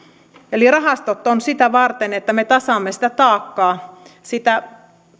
rahastot ovat sitä varten että me tasaamme sitä taakkaa sitä